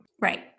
Right